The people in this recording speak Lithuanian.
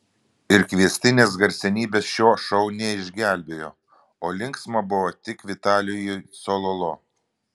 ir kviestinės garsenybės šio šou neišgelbėjo o linksma buvo tik vitalijui cololo